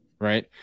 Right